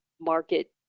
market